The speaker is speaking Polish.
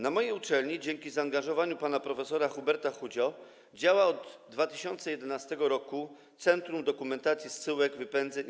Na mojej uczelni dzięki zaangażowaniu pana prof. Huberta Chudzio działa od 2011 r. Centrum Dokumentacji Zsyłek, Wypędzeń i